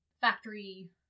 factory